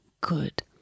good